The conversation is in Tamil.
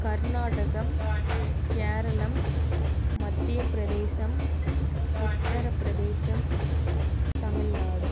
கர்நாடகம் கேரளம் மத்திய பிரதேசம் உத்திர பிரதேசம் தமிழ்நாடு